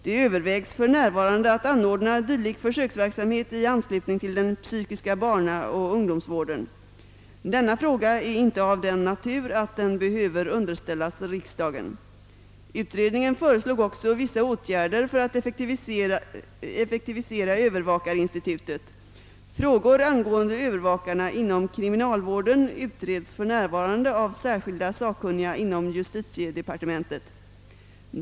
Det övervägs för närvarande att anordna dylik försöksverksamhet i anslutning till den psykiska barnaoch ungdomsvården. Denna fråga är inte av den natur att den behöver underställas riksdagen. Utredningen föreslog också vissa åtgärder för att effektivisera Öövervakarinstitutet. Frågor angående övervakarna inom kriminalvården utreds för närvarande av särskilda sakkunniga inom justitiedepartementet.